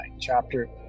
chapter